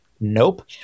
nope